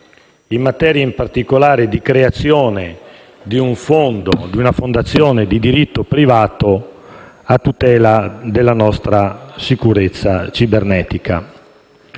sicurezza, in particolare la creazione di una fondazione di diritto privato a tutela della nostra sicurezza cibernetica.